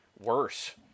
worse